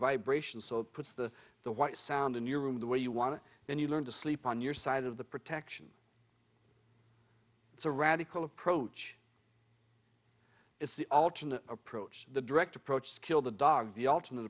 vibration so puts the the white sound in your room the way you want it then you learn to sleep on your side of the protection it's a radical approach it's the alternate approach the direct approach kill the dogs the alt